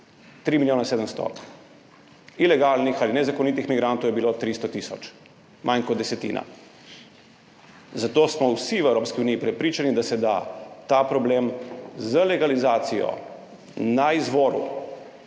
3 milijone 700. Ilegalnih ali nezakonitih migrantov je bilo 300 tisoč, manj kot desetina. Zato smo vsi v Evropski uniji prepričani, da se da ta problem z legalizacijo na izvoru